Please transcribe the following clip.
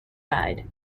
guide